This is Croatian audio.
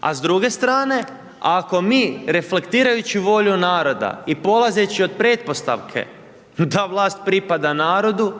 A s druge strane, ako mi reflektirajući volju naroda i polazeći od pretpostavke da vlast pripada narodu